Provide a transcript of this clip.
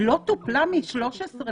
לא טופלה מ-13.7?